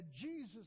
Jesus